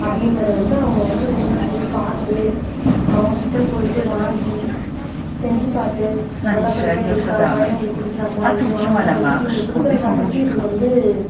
அப்படின்றத வந்து அவங்க வந்து உணர்ந்து பார்த்து அவங்ககிட்ட போயிட்டு வாங்கி செஞ்சு பார்த்து நல்லபடியாக இருக்கா குழந்தைங்களுக்கு கொடுக்கலாமா இது வாங்கினா வந்து இவங்க கொடுக்குற காசுக்கு இது வந்து